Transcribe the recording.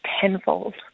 tenfold